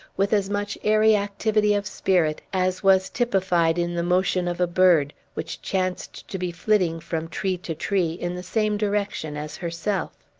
with as much airy activity of spirit as was typified in the motion of a bird, which chanced to be flitting from tree to tree, in the same direction as herself.